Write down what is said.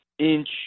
inch